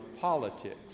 politics